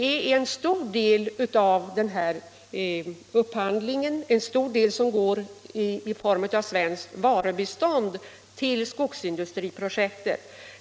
En stor del av upphandlingen har formen av svenskt varubistånd till skogsindustriprojektet.